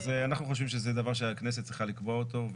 אז אנחנו חושבים שזה דבר שהכנסת צריכה לקבוע אותו.